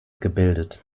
gebildet